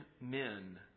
men